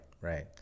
right